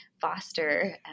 foster